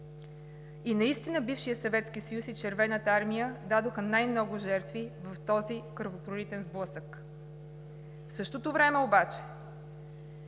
И наистина бившият Съветски съюз и Червената армия дадоха най-много жертви в този кръвопролитен сблъсък. В същото време обаче